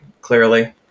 clearly